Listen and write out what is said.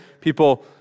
People